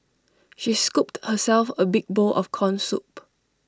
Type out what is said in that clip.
she scooped herself A big bowl of Corn Soup